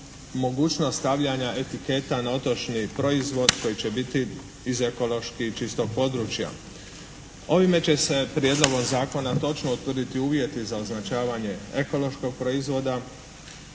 mogućnost stavljanja etiketa na otočni proizvod koji će biti iz ekološki čistog područja. Ovime će se prijedlogom zakona točno utvrditi uvjeti za označavanje ekološkog proizvoda.